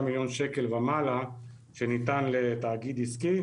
מיליון ₪ ומעלה שניתן לתאגיד עסקי,